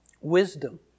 wisdom